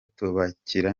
tubakira